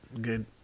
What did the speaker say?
good